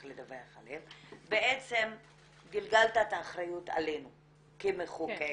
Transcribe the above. לדווח עליהם בעצם גלגלת את האחריות עלינו כמחוקק.